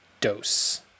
dose